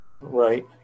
Right